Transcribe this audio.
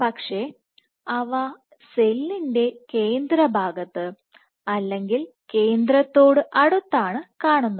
പക്ഷേ അവ സെല്ലിന്റെ കേന്ദ്രഭാഗത്ത് അല്ലെങ്കിൽ കേന്ദ്രത്തോടു അടുത്താണ് കാണുന്നത്